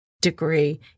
degree